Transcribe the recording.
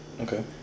Okay